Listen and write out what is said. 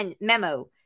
memo